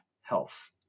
health